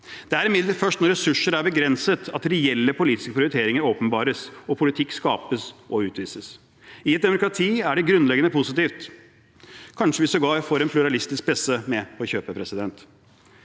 Det er imidlertid først når ressurser er begrenset, at reelle politiske prioriteringer åpenbares og politikk skapes og utvises. I et demokrati er det grunnleggende positivt. Kanskje vi sågar får en pluralistisk presse med på kjøpet?